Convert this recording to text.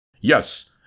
Yes